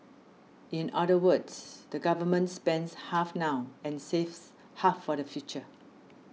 in other words the government spends half now and saves half for the future